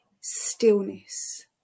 stillness